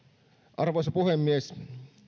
arvoisa puhemies